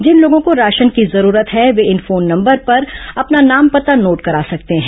जिन लोगों को राशन की जरूरत है वे इन फोन नंबर पर अपना नामपता नोट करा सकते हैं